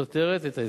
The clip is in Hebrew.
סותרת את ההסכם.